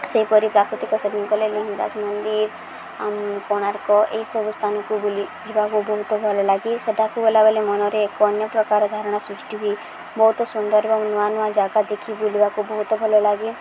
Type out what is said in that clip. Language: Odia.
ସେହିପରି ପ୍ରାକୃତିକ ସ୍ଥାନ କଲେ ଲିଙ୍ଗରାଜ ମନ୍ଦିର ଆଉ କୋଣାର୍କ ଏଇସବୁ ସ୍ଥାନକୁ ବୁଲି ଯିବାକୁ ବହୁତ ଭଲଲାଗେ ସେଇଟାକୁ ଗଲାବେଳେ ମନରେ ଏକ ଅନ୍ୟ ପ୍ରକାର ଧାରଣା ସୃଷ୍ଟି ହୁଏ ବହୁତ ସୁନ୍ଦର ଏବଂ ନୂଆ ନୂଆ ଜାଗା ଦେଖି ବୁଲିବାକୁ ବହୁତ ଭଲଲାଗେ